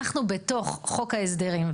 אנחנו בתוך חוק ההסדרים,